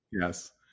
Yes